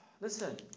Listen